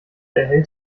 erhält